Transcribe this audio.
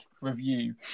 review